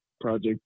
Project